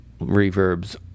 reverbs